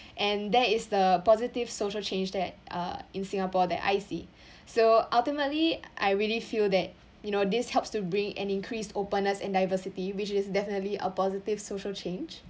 and that is the positive social change that uh in singapore that I see so ultimately I really feel that you know this helps to bring and increase openness and diversity which is definitely a positive social cha~